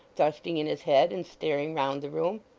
thrusting in his head, and staring round the room.